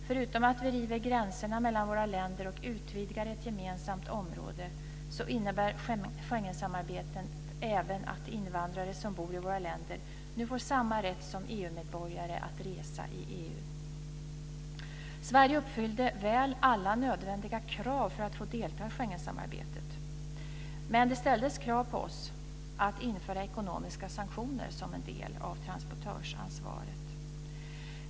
Förutom att vi river gränserna mellan våra länder och utvidgar ett gemensamt område innebär Schengensamarbetet även att invandrare som bor i våra länder nu får samma rätt som EU-medborgare att resa i Sverige uppfyllde väl alla nödvändiga krav för att få delta i Schengensamarbetet, men det ställdes krav på oss att införa ekonomiska sanktioner som en del av transportörsansvaret.